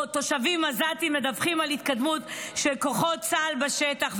או תושבים עזתים מדווחים על התקדמות של כוחות צה"ל בשטח.